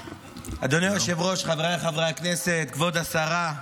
היושב-ראש, חבריי חברי הכנסת, כבוד השרה,